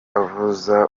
avuza